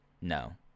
No